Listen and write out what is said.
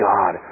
God